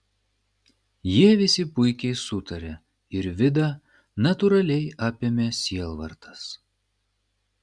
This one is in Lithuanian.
jie visi puikiai sutarė ir vidą natūraliai apėmė sielvartas